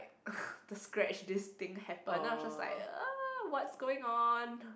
the scratch this thing happen then I was just like !ah! what's going on